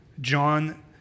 John